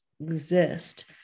exist